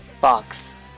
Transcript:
box